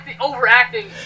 overacting